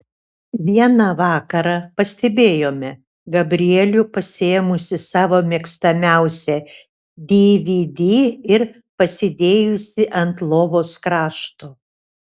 vieną vakarą pastebėjome gabrielių pasiėmusį savo mėgstamiausią dvd ir pasidėjusį ant lovos krašto